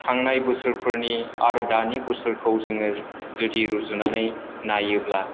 थांनाय बोसोरफोरनि आरो दानि बोसोरफोरखौ जोङो जुदि रुजुनानै नायोब्ला